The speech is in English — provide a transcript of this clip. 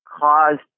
caused